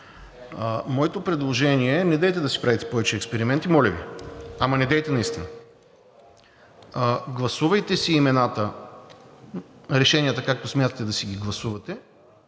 Моето предложение е, недейте да си правите повече експерименти – моля Ви, ама, недейте наистина – гласувайте си имената, решенията, както смятате да си ги гласувате,